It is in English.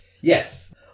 Yes